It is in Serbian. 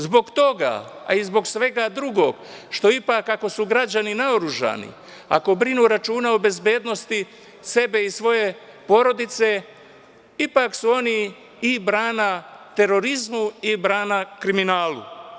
Zbog toga, a i zbog svega drugog, što ipak ako su građani naoružani, ako vode računa o bezbednosti sebe i svoje porodice, ipak su oni i brana terorizmu i brana kriminalu.